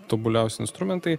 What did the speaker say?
tobuliausi instrumentai